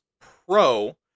pro